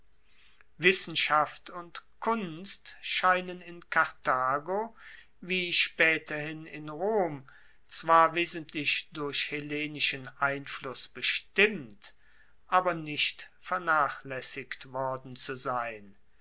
wissenschaft und kunst scheinen in karthago wie spaeterhin in rom zwar wesentlich durch hellenischen einfluss bestimmt aber nicht vernachlaessigt worden zu sein